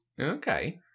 Okay